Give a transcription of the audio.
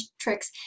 tricks